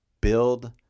build